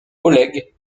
oleg